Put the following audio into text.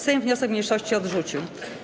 Sejm wniosek mniejszości odrzucił.